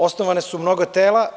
Osnovana su mnoga tela.